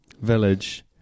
Village